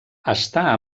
està